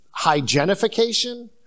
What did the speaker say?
hygienification